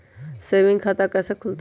Saving खाता कैसे खुलतई?